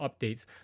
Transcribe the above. updates